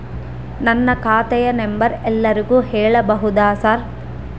ನನ್ನ ಖಾತೆಯ ನಂಬರ್ ಎಲ್ಲರಿಗೂ ಹೇಳಬಹುದಾ ಸರ್?